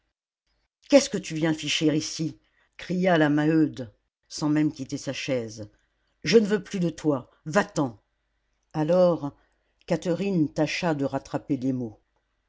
qu'est-ce que tu viens ficher ici cria la maheude sans même quitter sa chaise je ne veux plus de toi va-t'en alors catherine tâcha de rattraper des mots